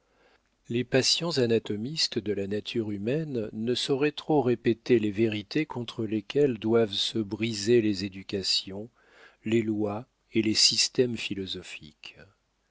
les patients anatomistes de la nature humaine ne sauraient trop répéter les vérités contre lesquelles doivent se briser les éducations les lois et les systèmes philosophiques